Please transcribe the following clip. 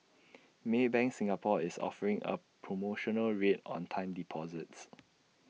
maybank Singapore is offering A promotional rate on time deposits